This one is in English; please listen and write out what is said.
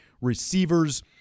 receivers